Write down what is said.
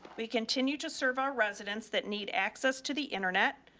we continue to serve our residents that need access to the internet,